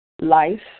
life